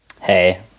Hey